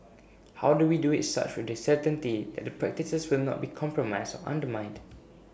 how do we do IT such with the certainty that the practices will not be compromised undermined